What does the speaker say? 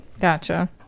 Gotcha